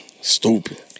Stupid